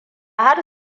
har